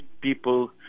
people